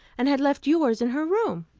and had left yours in her room.